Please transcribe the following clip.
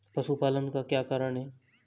पशुपालन का क्या कारण है?